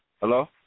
Hello